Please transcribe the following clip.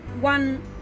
one